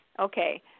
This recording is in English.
Okay